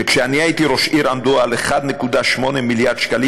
שכשאני הייתי ראש עיר היו 1.8 מיליארד שקלים,